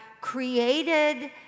created